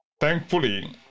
thankfully